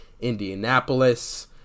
Indianapolis